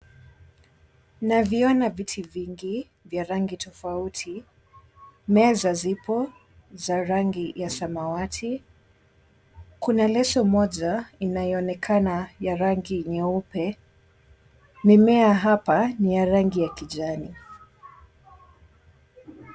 Naviona viti vingi vya rangi tofauti, meza zipo za rangi ya samawati, kuna leso moja inayoonekana ya rangi nyeupe, mimea hapa ni ya rangi ya kijani.